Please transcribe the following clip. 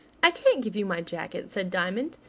i can't give you my jacket, said diamond.